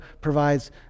provides